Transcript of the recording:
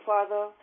Father